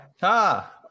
ha